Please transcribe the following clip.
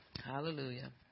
hallelujah